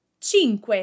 Cinque